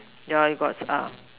yeah you got ah